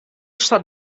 zat